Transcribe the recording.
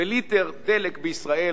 וליטר דלק בישראל,